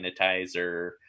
sanitizer